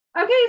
Okay